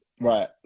right